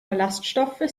ballaststoffe